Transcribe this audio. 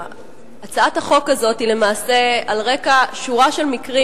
הצעת החוק הזאת באה למעשה על רקע שורה של מקרים